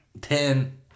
Ten